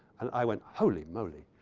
and i went, holy moley.